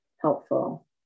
helpful